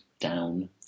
down